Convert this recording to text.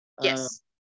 Yes